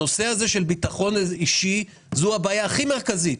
הנושא של ביטחון אישי הוא הבעיה הכי מרכזית,